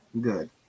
good